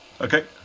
Okay